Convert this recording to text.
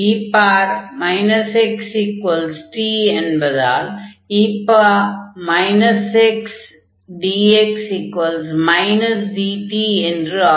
e xt என்பதால் e xdxdt என்று ஆகும்